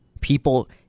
people